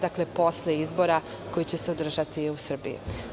Dakle, posle izbora koji će se održati u Srbiji.